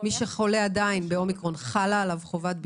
מי שחולה עדיין באומיקרון חלה עליו חובת בידוד?